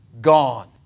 Gone